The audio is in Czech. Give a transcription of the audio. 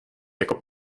jako